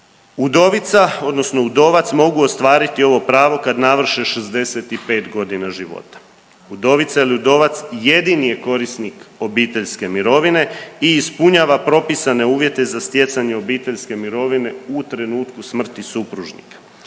Udovica odnosno udovac mogu ostvariti ovo pravo kad navrše 65 godina života, udovica ili udovac jedini je korisnik obiteljske mirovine i ispunjava propisane uvjete za stjecanje obiteljske mirovine u trenutku smrti supružnika.